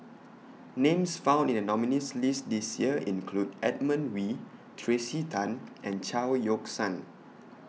Names found in The nominees' list This Year include Edmund Wee Tracey Tan and Chao Yoke San